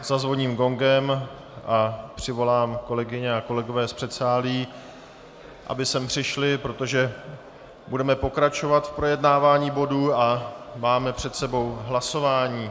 Zazvoním gongem a přivolám kolegyně a kolegy z předsálí, aby sem přišli, protože budeme pokračovat v projednávání bodu a máme před sebou hlasování.